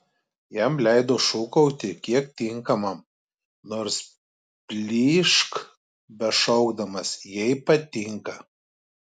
jam leido šūkauti kiek tinkamam nors plyšk bešaukdamas jei patinka